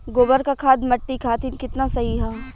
गोबर क खाद्य मट्टी खातिन कितना सही ह?